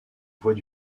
voient